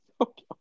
okay